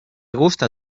gusta